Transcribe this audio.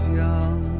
young